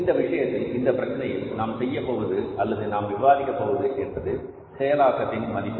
இந்த விஷயத்தில் இந்த பிரச்சனையில் நாம் செய்யப்போவது அல்லது நாம் விவாதிக்கப் போவது என்பது செயலாக்கத்தின் மதிப்பு